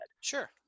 Sure